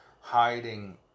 hiding